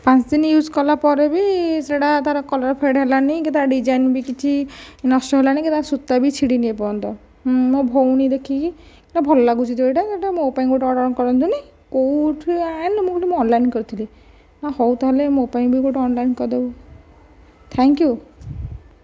ପାଞ୍ଚ ଦିନ ୟୁଜ୍ କଲାପରେ ବି ସେଇଟା ତାର କଲର୍ ଫେଡ୍ ହେଲାନି ତା ଡିଜାଇନ ବି କିଛି ନଷ୍ଟ ହେଲାନି ତା ସୁତା ବି ଛିଡ଼ିନି ଏପର୍ଯ୍ୟନ୍ତ ମୋ ଭଉଣୀ ଦେଖିକି ଭଲ ଲାଗୁଛି ଏଇଟା ମୋ ପାଇଁ ଅର୍ଡ଼ର କରନ୍ତୁନି କେଉଁଠୁ ଆଣିଲୁ ନା ମୁଁ କହିଲି ଅନଲାଇନ କରିଥିଲି ହେଉ ତାହେଲେ ମୋ ପାଇଁ ବି ଗୋଟିଏ ଅନଲାଇନ୍ କରିଦେବୁ ଥ୍ୟାଙ୍କ ୟୁ